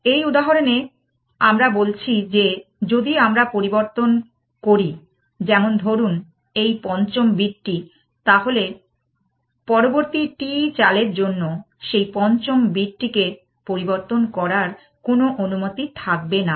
এই উদাহরণে আমরা বলছি যে যদি আমরা পরিবর্তন করি যেমন ধরুন এই পঞ্চম বিটটি তাহলে পরবর্তী t চালের জন্য সেই পঞ্চম বিটটিকে পরিবর্তন করার কোনো অনুমতি থাকবেনা